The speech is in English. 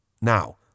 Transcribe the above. Now